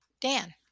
Dan